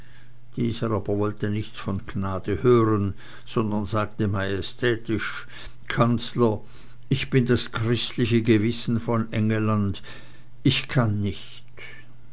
dieser aber wollte nichts von gnade hören sondern sagte majestätisch kanzler ich bin das christliche gewissen von engelland ich kann nicht